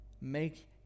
Make